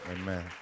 amen